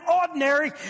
ordinary